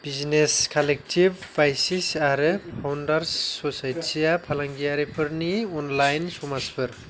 business collective आरो founders ससाइटिया फालांगियारिफोरनि अनलाइन समाजफोर